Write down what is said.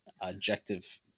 objective